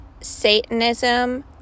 Satanism